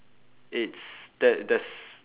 it's that there's